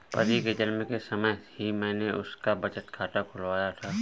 परी के जन्म के समय ही मैने उसका बचत खाता खुलवाया था